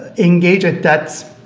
ah engage at that,